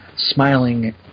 smiling